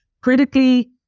critically